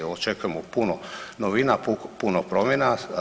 Očekujemo puno novina, puno promjena.